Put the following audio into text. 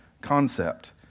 concept